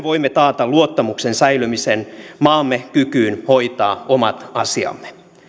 voimme taata luottamuksen säilymisen maamme kykyyn hoitaa omat asiansa